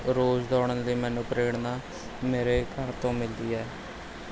ਰੋਜ਼ ਦੌੜਨ ਦੀ ਮੈਨੂੰ ਪ੍ਰੇਰਨਾ ਮੇਰੇ ਘਰ ਤੋਂ ਮਿਲਦੀ ਹੈ